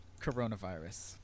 coronavirus